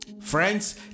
Friends